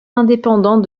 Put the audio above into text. indépendant